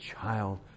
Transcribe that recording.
child